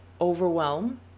overwhelm